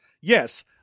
Yes